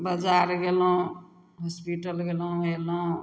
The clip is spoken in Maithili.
बजार गेलहुँ हॉस्पिटल गेलहुँ अएलहुँ